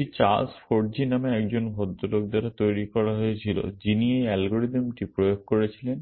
এটি Charles Forgy নামে একজন লোক দ্বারা তৈরি করা হয়েছিল যিনি এই অ্যালগরিদমটি প্রয়োগ করেছিলেন